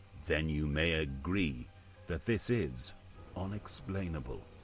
then you may agree that this is unexplainable.